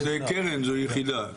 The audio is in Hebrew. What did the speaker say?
אז קרן, זו יחידה.